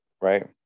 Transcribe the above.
right